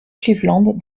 cleveland